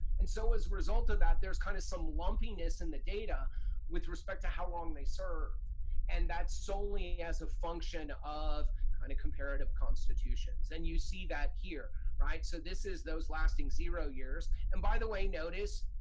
and so as a result of that, there's kind of some lumpiness in the data with respect to how long they serve and that's solely as a function of kind of comparative constitutions. and you see that here. right? so this is those lasting zero years. and by the way notice,